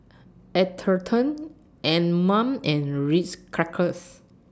Atherton Anmum and Ritz Crackers